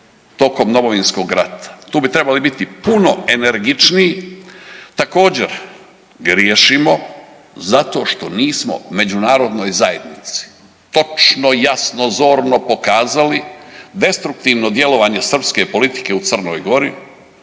tokom Domovinskog rata. Tu bi trebali biti puno energičniji. Također griješimo zato što nismo međunarodnoj zajednici točno i jasno, zorno pokazali destruktivno djelovanje srpske politike u Crnoj Gori